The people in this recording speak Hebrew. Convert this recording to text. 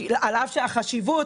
על אף החשיבות,